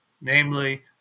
namely